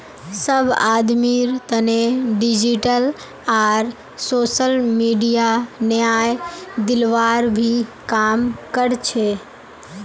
सब आदमीर तने डिजिटल आर सोसल मीडिया न्याय दिलवार भी काम कर छे